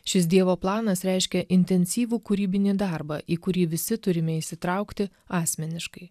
šis dievo planas reiškia intensyvų kūrybinį darbą į kurį visi turime įsitraukti asmeniškai